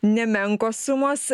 nemenkos sumos